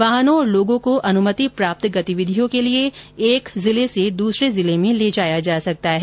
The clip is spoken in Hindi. वाहनों और लोगों को अनुमतिप्राप्त गतिविधियों के लिए एक जिले से दूसरे जिले में ले जाया जा सकता है